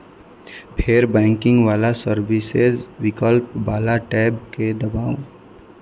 फेर banking services विकल्प बला टैब कें दबाउ